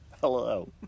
Hello